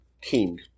king